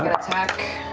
attack.